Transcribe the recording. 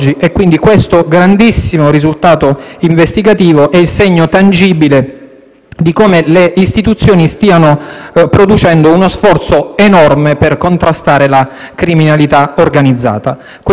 di come le istituzioni stiano producendo uno sforzo enorme per contrastare la criminalità organizzata. Questi 100 arresti dimostrano chiaramente che lo Stato quando vuole vince.